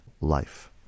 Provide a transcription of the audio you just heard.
life